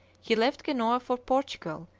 he left genoa for portugal,